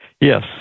yes